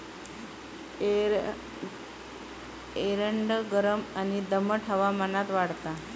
एरंड गरम आणि दमट हवामानात वाढता